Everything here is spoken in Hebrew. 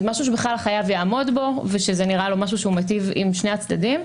משהו שהחייב יעמוד בו ושזה נראה לו משהו שמיטיב עם שני הצדדים.